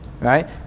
Right